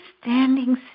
standing